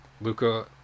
Luca